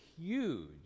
huge